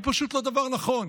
היא פשוט לא דבר נכון.